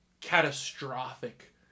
catastrophic